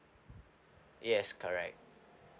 yes correct